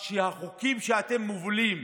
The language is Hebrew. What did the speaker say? שהחוקים שאתם מובילים